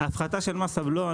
הפחתה של מס הבלו,